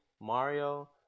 Mario